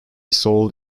sold